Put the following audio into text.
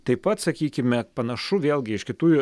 taip pat sakykime panašu vėlgi iš kitų